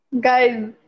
Guys